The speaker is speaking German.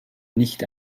nicht